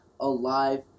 alive